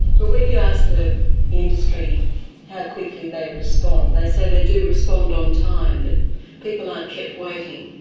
but when you asked the industry how quickly they respond, they say they do respond on time, that people aren't kept waiting